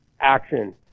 action